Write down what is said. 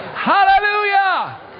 Hallelujah